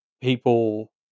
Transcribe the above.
people